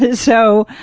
and so,